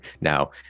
Now